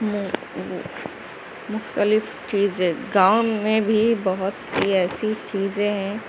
مختلف چیزیں گاؤں میں بھی بہت سی ایسی چیزیں ہیں